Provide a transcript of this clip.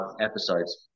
episodes